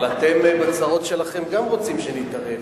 אבל אתם, גם בצרות שלכם רוצים שנתערב.